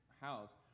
house